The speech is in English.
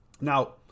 Now